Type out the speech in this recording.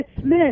Smith